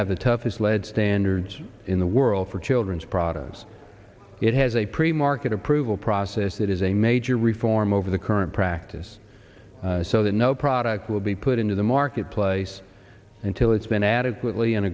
have the toughest lead standards in the world for children's products it has a pre market approval process that is a major reform over the current practice so that no product will be put into the marketplace until it's been adequately and